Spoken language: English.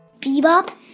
Bebop